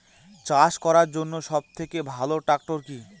চাষ করার জন্য সবথেকে ভালো ট্র্যাক্টর কি?